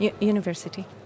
University